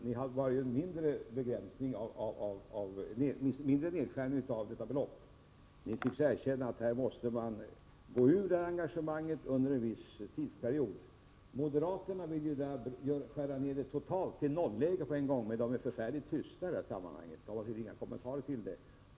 Herr talman! Folkpartiet är delvis fel måltavla. Ni vill ha en mindre nedskärning av detta belopp. Ni tycks dock erkänna att det måste ta en viss tidsperiod att dra sig ur detta engagemang. Moderaterna däremot vill skära ned anslaget till noll på en gång. Men de är förfärligt tysta i detta sammanhang och har inga kommentarer att göra.